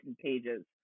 pages